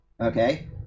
Okay